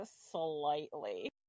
slightly